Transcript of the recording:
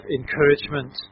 encouragement